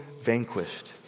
vanquished